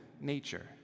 nature